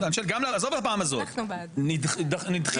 עזוב הפעם הזאת, דוחים את זה לפעם הבאה.